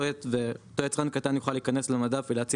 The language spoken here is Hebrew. ואותו יצרן קטן יוכל להיכנס למדף ולהציע